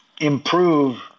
improve